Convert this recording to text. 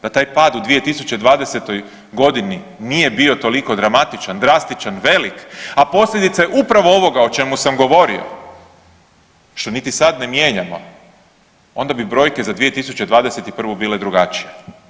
Da taj pad u 2020. godini nije bio toliko dramatičan, drastičan, velik, a posljedica je upravo ovoga o čemu sam govorio, što niti sad ne mijenjamo onda bi brojke za 2021. bile drugačije.